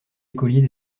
écoliers